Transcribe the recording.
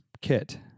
kit